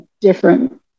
different